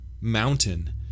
mountain